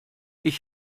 ich